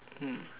mm